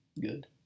good